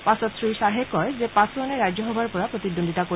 পাছত শ্ৰীয়াহে কয় যে পাছোৱানে ৰাজ্যসভাৰ পৰা প্ৰতিদ্বন্দীতা কৰিব